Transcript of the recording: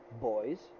boys